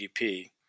GDP